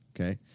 okay